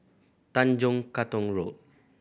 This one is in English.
Tanjong Katong Road